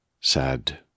sad